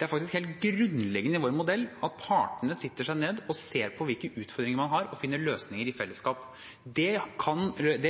Det er faktisk helt grunnleggende i vår modell at partene setter seg ned og ser på hvilke utfordringer man har, og finner løsninger i fellesskap. Det